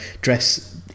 dress